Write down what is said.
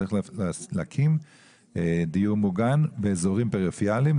צריך להקים דיור מוגן באזורים פריפריאליים,